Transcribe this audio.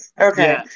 okay